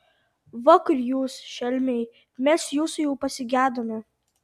va kur jūs šelmiai mes jūsų jau pasigedome